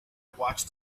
watched